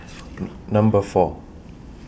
Number four